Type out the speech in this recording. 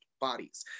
bodies